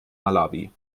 malawi